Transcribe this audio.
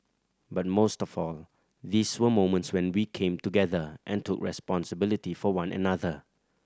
but most of all these were moments when we came together and took responsibility for one another